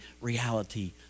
reality